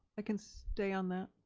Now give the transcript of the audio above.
i can stay on that.